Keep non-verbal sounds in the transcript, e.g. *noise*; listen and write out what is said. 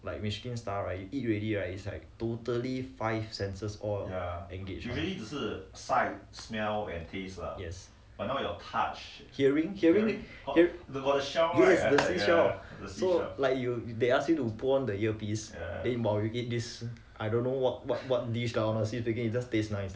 like michelin star right you eat already right it's like totally five senses all engage yes hearing hearing yes the sea shell so like they ask you to put on the earpiece *noise* then morligate this I don't know what what dish ah honestly speaking it just taste nice